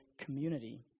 community